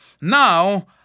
Now